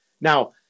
Now